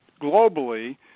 globally